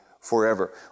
forever